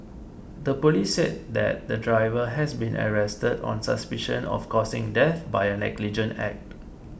the police said that the driver has been arrested on suspicion of causing death by a negligent act